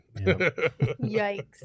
Yikes